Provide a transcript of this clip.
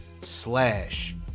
slash